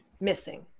missing